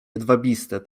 jedwabiste